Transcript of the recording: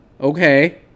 Okay